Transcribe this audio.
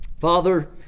Father